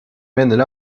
mènent